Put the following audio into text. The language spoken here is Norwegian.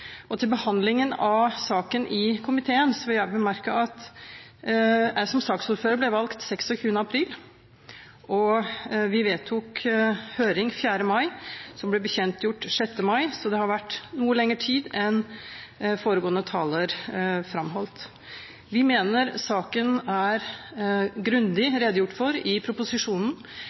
Senterpartiet. Til behandlingen av saken i komiteen vil jeg bemerke at jeg som saksordfører ble valgt 26. april, og vi vedtok høring den 4. mai, som ble bekjentgjort den 6. mai. Så det har vært noe lengre tid enn det foregående taler framholdt. Vi mener saken er grundig redegjort for i proposisjonen.